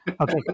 Okay